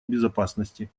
безопасности